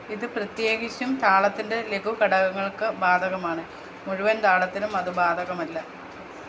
ഇത് പ്രത്യേകിച്ചും താളത്തിൻ്റെ ലഘു ഘടകങ്ങൾക്ക് ബാധകമാണ് മുഴുവൻ താളത്തിനും അതു ബാധകമല്ല